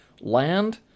land